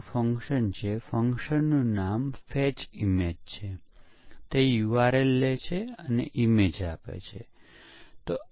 સંશોધન દ્વારા ખૂબ અનુભવી પ્રોગ્રામર દ્વારા કેટલી ભૂલો કરવામાં આવે છે તે શોધવામાં આવ્યું